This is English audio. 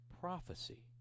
prophecy